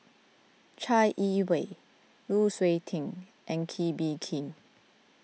Chai Yee Wei Lu Suitin and Kee Bee Khim